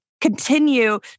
continue